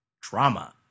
drama